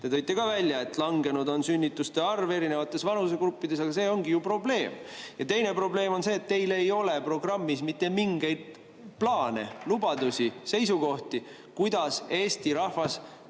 Te tõite välja, et langenud on sünnituste arv erinevates vanusegruppides, aga see ongi ju probleem. Ja teine probleem on see, et teil ei ole programmis mitte mingeid plaane, lubadusi ega seisukohti, kuidas Eesti rahvas saaks